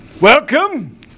Welcome